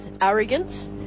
arrogance